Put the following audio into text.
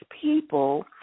people